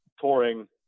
touring